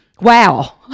wow